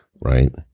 right